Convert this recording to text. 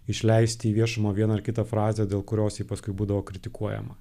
išleisti į viešumą vieną ar kitą frazę dėl kurios ji paskui būdavo kritikuojama